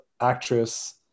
actress